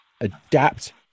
adapt